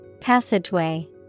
Passageway